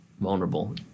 vulnerable